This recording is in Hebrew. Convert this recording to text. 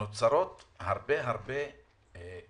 נוצרות הרבה קושיות